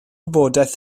gwybodaeth